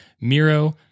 Miro